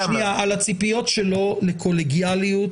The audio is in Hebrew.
הציפיות שלו לקולגיאליות בתוך הקואליציה.